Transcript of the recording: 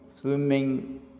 swimming